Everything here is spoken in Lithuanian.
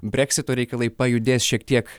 breksito reikalai pajudės šiek tiek